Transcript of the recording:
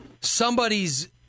Somebody's